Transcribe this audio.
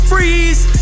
Freeze